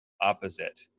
opposite